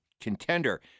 contender